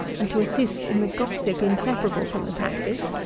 and to assist in the gossip inseparable from the practice,